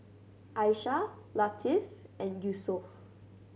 Aishah Latif and Yusuf